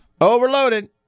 Overloaded